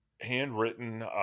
Handwritten